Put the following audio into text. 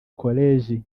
koleji